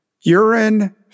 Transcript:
urine